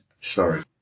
Sorry